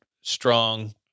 strong